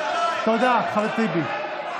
תודה, חבר הכנסת טיבי.